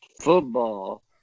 Football